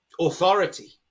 authority